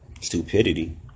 Stupidity